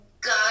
God